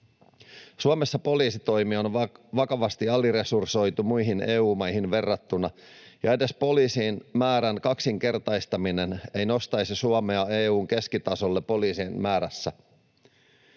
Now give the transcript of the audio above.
Suomessa poliisitoimi on vakavasti aliresursoitu muihin EU-maihin verrattuna, ja edes poliisien määrän kaksinkertaistaminen ei nostaisi Suomea EU:n keskitasolle poliisien määrässä.